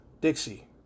Dixie